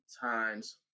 times